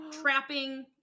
trapping